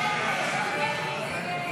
נתקבל.